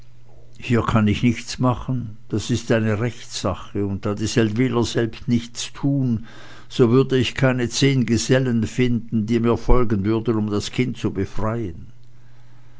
hier kann ich nichts machen das ist eine rechtssache und da die seldwyler selbst nichts tun so würde ich keine zehn gesellen finden die mir folgen würden um das kind zu befreien